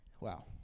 Wow